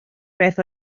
beth